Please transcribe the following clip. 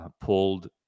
pulled